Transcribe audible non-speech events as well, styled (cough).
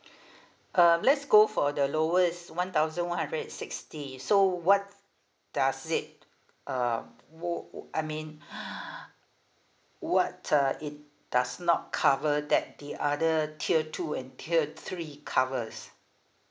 um let's go for the lowest one thousand one hundred and sixty so what does it um wo~ I mean (breath) what uh it does not cover that the other tier two and tier three covers